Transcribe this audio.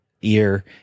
year